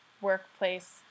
workplace